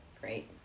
great